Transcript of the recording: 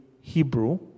Hebrew